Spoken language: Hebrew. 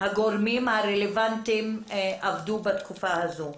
הגורמים הרלוונטיים עבדו בתקופה הזו.